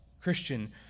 Christian